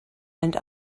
and